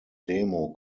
demo